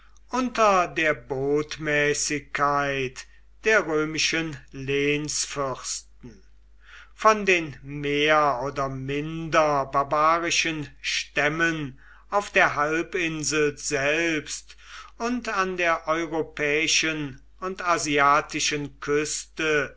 unter der botmäßigkeit der römischen lehnfürst von den mehr oder minder barbarischen stämmen auf der halbinsel selbst und an der europäischen und asiatischen küste